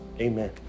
amen